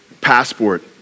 passport